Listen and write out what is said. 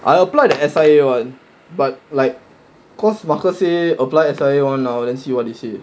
I apply the S_I_A [one] but like because marcus say apply as a one then see what they say